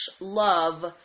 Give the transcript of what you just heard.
love